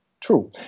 True